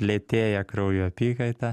lėtėja kraujo apykaita